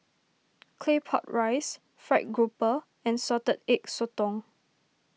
Claypot Rice Fried Grouper and Salted Egg Sotong